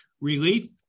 Relief